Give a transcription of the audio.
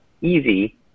easy